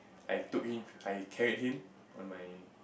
I took him I carried him on my